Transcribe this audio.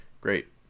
Great